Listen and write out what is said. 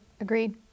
Agreed